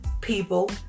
people